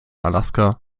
alaska